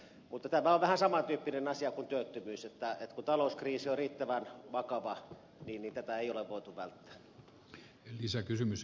mutta tämä on vähän saman tyyppinen asia kuin työttömyys kun talouskriisi on riittävän vakava niin tätä ei ole voitu välttää